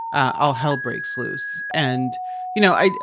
all hell breaks loose. and you know, i,